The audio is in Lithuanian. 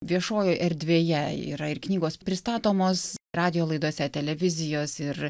viešojoj erdvėje yra ir knygos pristatomos radijo laidose televizijos ir